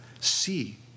see